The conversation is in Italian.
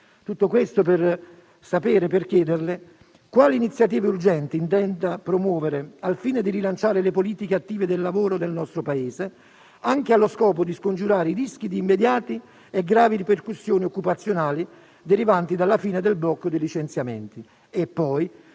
premesso, vorrei chiederle quali iniziative urgenti intenda promuovere al fine di rilanciare le politiche attive del lavoro del nostro Paese, anche allo scopo di scongiurare i rischi di immediate e gravi ripercussioni occupazionali derivanti dalla fine del blocco dei licenziamenti;